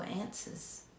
answers